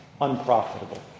unprofitable